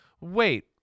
wait